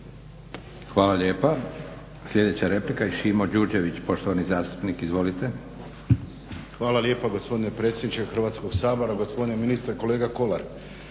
Hvala lijepa. Sljedeća replika i Šimo Đurđević, poštovani zastupnik. Izvolite. **Đurđević, Šimo (HDZ)** Hvala lijepa gospodine predsjedniče Hrvatskog sabora, gospodine ministre. Kolega Kolar